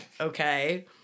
okay